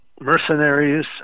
mercenaries